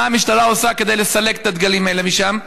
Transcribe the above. מה המשטרה עושה כדי לסלק את הדגלים האלה משם?